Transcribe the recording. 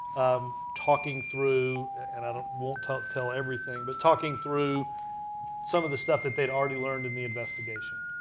um talking through and i won't won't tell tell everything, but talking through some of the stuff that they had already learned in the investigation.